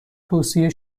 توصیه